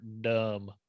dumb